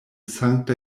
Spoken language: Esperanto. sankta